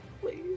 please